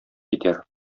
китәр